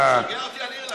הוא משגע אותי על אירלנד.